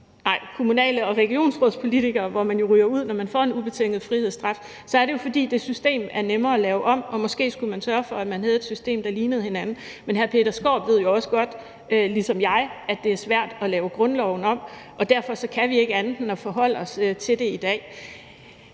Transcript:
for kommunal- og regionsrådspolitikere, hvor man jo ryger ud, når man får en ubetinget frihedsstraf, er det, fordi det system er nemmere at lave om, og måske skulle man sørge for, at man havde systemer, der lignede hinanden. Men hr. Peter Skaarup ved jo også godt, ligesom jeg, at det er svært at lave grundloven om, og derfor kan vi ikke andet end at forholde os til det i dag.